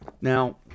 Now